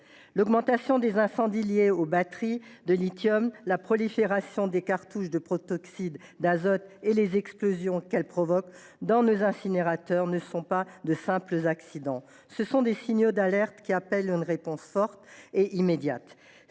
L’augmentation des incendies liés aux batteries au lithium, la prolifération des cartouches de protoxyde d’azote et les explosions qu’elles provoquent dans nos incinérateurs ne sont pas de simples accidents. Ce sont des signaux d’alerte qui appellent une réponse forte et immédiate.